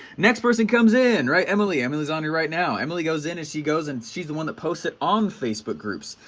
next person comes in right, emily, emily's on here right now emily goes in and she goes, and she's the one who posts it on facebook groups,